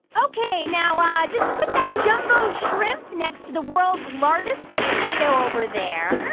ok. now um just put that jumbo shrimp next to the world's largest potato over there. oh,